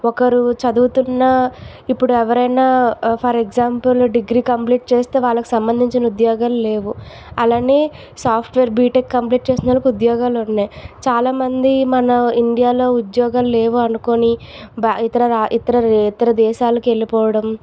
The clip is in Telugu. ఒకరు చదువుతున్నా ఇప్పుడు ఎవరైనా ఫర్ ఎగ్జాంపుల్ డిగ్రీ కంప్లీట్ చేస్తే వాళ్ళకి సంబంధించిన ఉద్యోగాలు లేవు అలానే సాఫ్ట్వేర్ బిటెక్ కంప్లీట్ చేసినవాళ్ళకి ఉద్యోగాలు ఉన్నాయి చాలామంది మన ఇండియాలో ఉద్యోగాలు లేవు అనుకోని బా ఇతరా ఇతర ఇతర దేశాలకు వెళ్ళిపోవడం